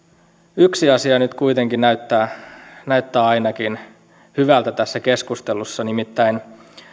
yksi asia nyt kuitenkin näyttää näyttää ainakin hyvältä tässä keskustelussa nimittäin